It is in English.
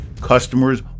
Customers